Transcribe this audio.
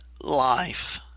life